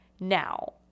Now